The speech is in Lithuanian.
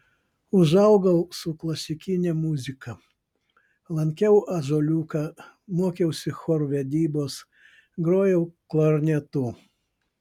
užaugau su klasikine muzika lankiau ąžuoliuką mokiausi chorvedybos grojau klarnetu